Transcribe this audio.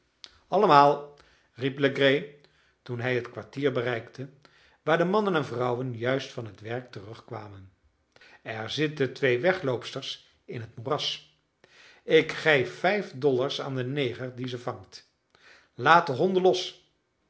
allemaal riep legree toen hij het kwartier bereikte waar de mannen en vrouwen juist van het werk terugkwamen er zitten twee wegloopsters in het moeras ik geef vijf dollars aan den neger die ze vangt laat de honden los